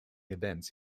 events